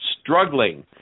struggling –